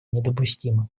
недопустимо